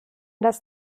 das